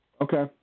okay